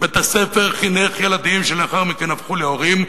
בית-הספר חינך ילדים שלאחר מכן הפכו להורים,